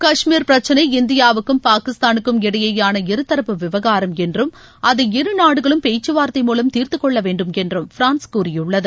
கஷ்மீர் பிரச்சினை இந்தியாவுக்கும் பாகிஸ்தானுக்கும் இடையேயான இருதரப்பு விவகாரம் என்றும் அதை இருநாடுகளும் பேச்சுவார்த்தை மூவம் தீர்த்துக்கொள்ள வேண்டும் என்றும் பிரான்ஸ் கூறியுள்ளது